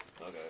Okay